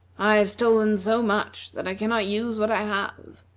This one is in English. i have stolen so much, that i cannot use what i have.